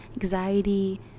anxiety